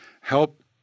help